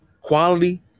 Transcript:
quality